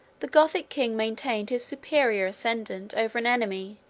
the gothic king maintained his superior ascendant over an enemy,